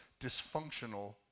dysfunctional